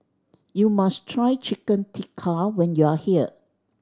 you must try Chicken Tikka when you are here